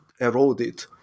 eroded